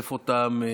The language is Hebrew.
שעוטף אותם,